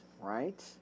right